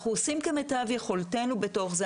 אנחנו עושים כמיטב יכולתנו בתוך זה.